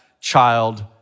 child